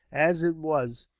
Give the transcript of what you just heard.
as it was,